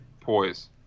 poise